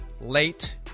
late